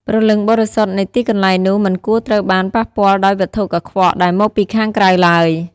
ព្រលឹងបរិសុទ្ធនៃទីកន្លែងនោះមិនគួរត្រូវបានប៉ះពាល់ដោយវត្ថុកខ្វក់ដែលមកពីខាងក្រៅឡើយ។